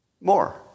More